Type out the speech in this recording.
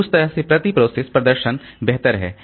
तो उस तरह से प्रति प्रोसेस प्रदर्शन बेहतर है